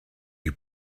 you